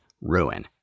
ruin